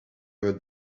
other